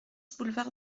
boulevard